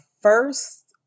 first